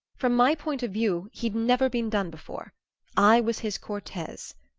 from my point of view he'd never been done before i was his cortez.